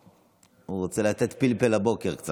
הוא רוצה לתת קצת פלפל לבוקר.